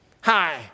hi